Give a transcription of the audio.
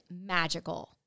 magical